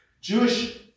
Jewish